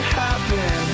happen